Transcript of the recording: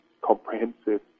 comprehensive